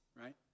right